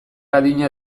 adina